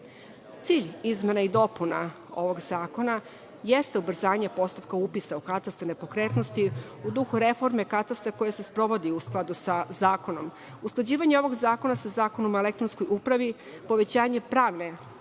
izmena i dopuna ovog zakona jeste ubrzanje postupka upisa u katastar nepokretnosti u duhu reforme katastra koji se sprovodi u skladu sa zakonom. Usklađivanje ovog zakona sa Zakonom o elektronskoj upravi, povećanje pravne